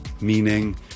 Meaning